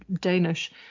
Danish